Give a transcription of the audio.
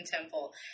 Temple